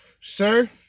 Sir